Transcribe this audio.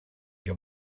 your